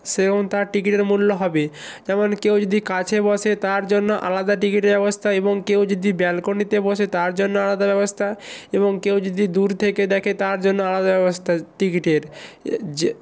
সেরম তার টিকিটের মূল্য হবে যেমন কেউ যদি কাছে বসে তার জন্য আলাদা টিকিটের ব্যবস্থা এবং কেউ যদি ব্যালকনিতে বসে তার জন্য আলাদা ব্যবস্থা এবং কেউ যদি দূর থেকে দেখে তার জন্য আলাদা ব্যবস্থা টিকিটের যে